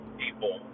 people